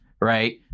right